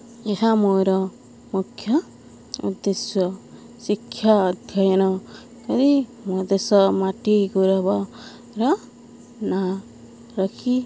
ଏହା ମୋର ମୁଖ୍ୟ ଉଦ୍ଦେଶ୍ୟ ଶିକ୍ଷା ଅଧ୍ୟୟନ କରି ମୋ ଦେଶ ମାଟି ଗୌରବର ନାଁ ରଖି